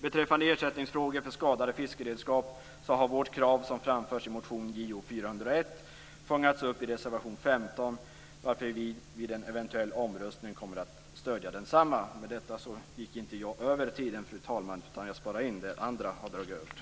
Beträffande ersättningsfrågor för skadade fiskeredskap kan jag säga att vårt krav, som framförts i motion Jo401, fångats upp i reservation 15, varför vi vid en eventuell omröstning kommer att stödja densamma. Med detta kan jag säga att jag inte gick över tiden, fru talman, utan sparade in det som andra har dragit över.